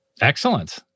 Excellent